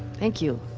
thank you,